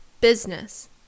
business